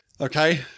Okay